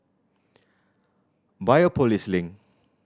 Biopolis Link